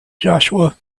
joshua